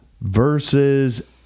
versus